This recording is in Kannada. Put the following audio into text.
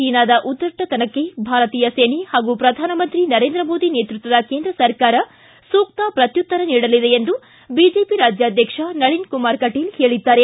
ಚೀನಾದ ಉದ್ದಟತನಕ್ಕೆ ಭಾರತೀಯ ಸೇನೆ ಹಾಗೂ ಪ್ರಧಾನಮಂತ್ರಿ ನರೇಂದ್ರ ಮೋದಿ ನೇತೃತ್ವದ ಕೇಂದ್ರ ಸರ್ಕಾರ ಸೂಕ್ತ ಪ್ರತ್ಯುತ್ತರ ನೀಡಲಿದೆ ಎಂದು ಬಿಜೆಪಿ ರಾಜ್ಯಾಧ್ಯಕ್ಷ ನಳಿನ್ಕುಮಾರ್ ಕಟೀಲ್ ಹೇಳಿದ್ದಾರೆ